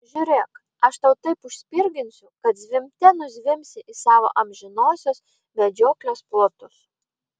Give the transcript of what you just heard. žiūrėk aš tau taip užspirginsiu kad zvimbte nuzvimbsi į savo amžinosios medžioklės plotus